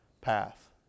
path